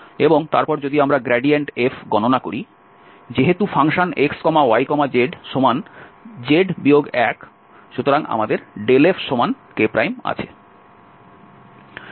এবং তারপর যদি আমরা গ্রেডিয়েন্ট f গণনা করি যেহেতু fxyzz 1 সুতরাং আমাদের ∇fk আছে